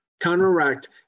counteract